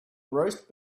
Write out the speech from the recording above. roast